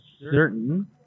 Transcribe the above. certain